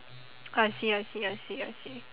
I see I see I see I see